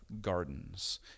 gardens